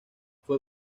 fue